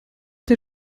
der